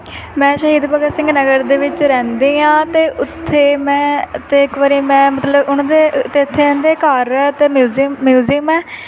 ਮੈਂ ਸ਼ਹੀਦ ਭਗਤ ਸਿੰਘ ਨਗਰ ਦੇ ਵਿੱਚ ਰਹਿੰਦੀ ਹਾਂ ਅਤੇ ਉੱਥੇ ਮੈਂ ਅਤੇ ਇੱਕ ਵਾਰੀ ਮੈਂ ਮਤਲਬ ਉਹਨਾਂ ਦੇ ਤੇ ਇੱਥੇ ਇੰਨਦੇ ਘਰ ਹੈ ਅਤੇ ਮਿਊਜ਼ੀਅਮ ਮਿਊਜ਼ੀਅਮ ਹੈ